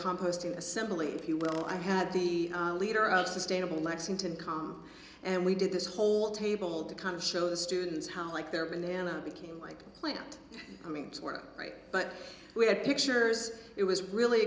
composting assembly if you will i had the leader of sustainable lexington come and we did this whole table to kind of show the students how like their banana became like a plant coming to work right but we had pictures it was really